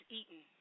eaten